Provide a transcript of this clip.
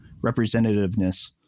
representativeness